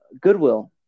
Goodwill